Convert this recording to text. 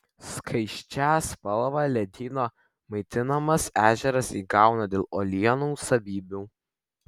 skaisčią spalvą ledyno maitinamas ežeras įgauna dėl uolienų savybių